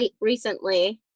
recently